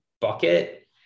bucket